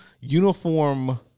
uniform –